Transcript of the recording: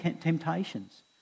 temptations